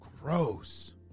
gross